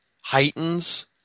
heightens